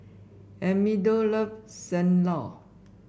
Amado loves Sam Lau